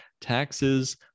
taxes